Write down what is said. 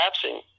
collapsing